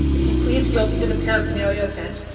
if he pleads guilty to the paraphernalia offense,